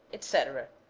etc.